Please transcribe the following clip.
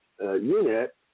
unit